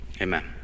Amen